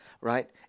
right